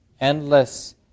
endless